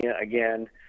again